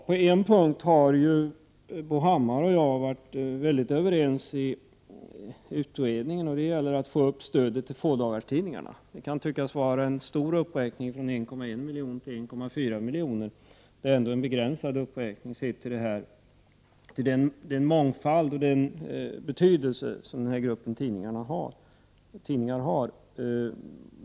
På en punkt har Bo Hammar och jag varit mycket överens i utredningen, nämligen när det gäller att förbättra stödet till fådagarstidningarna. Det kan tyckas vara en stor uppräkning som vi föreslår, från 1,1 milj.kr. till 1,4 milj.kr., men det är ändå en begränsad uppräkning med tanke på den mångfald och den betydelse som denna grupp tidningar har.